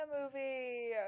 movie